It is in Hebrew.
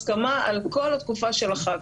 הסכמה על כל התקופה של החג.